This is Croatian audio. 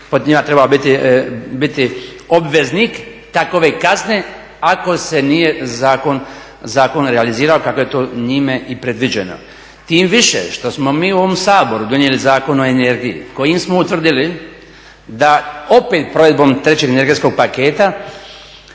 po njima trebao biti obveznik takve kazne ako se nije zakonom realizirao kako je to njime i predviđeno. Tim više što smo mi u ovom Saboru donijeli Zakon o energiji kojim smo utvrdili da opet provedbom trećeg energetskog paketa